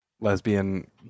lesbian